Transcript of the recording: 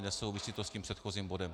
Nesouvisí to s tím předchozím bodem.